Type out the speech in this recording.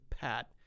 pat